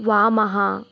वामः